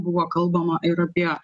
buvo kalbama ir apie